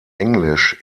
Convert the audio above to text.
englisch